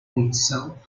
himself